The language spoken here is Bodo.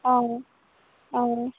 औ औ